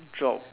drop